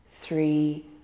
three